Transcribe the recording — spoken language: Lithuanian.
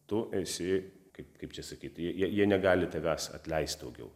tu esi kaip kaip čia sakyt jie jie jie negali tavęs atleist daugiau